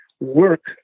work